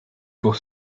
pour